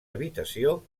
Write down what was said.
habitació